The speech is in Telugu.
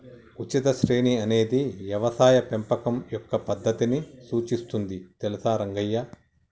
ఉచిత శ్రేణి అనేది యవసాయ పెంపకం యొక్క పద్దతిని సూచిస్తుంది తెలుసా రంగయ్య